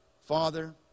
Father